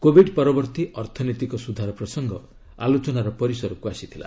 Covid ପରବର୍ତ୍ତୀ ଅର୍ଥନୈତିକ ସୁଧାର ପ୍ରସଙ୍ଗ ଆଲୋଚନାର ପରିସରକୁ ଆସିଥିଲା